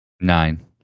Nine